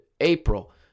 April